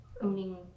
owning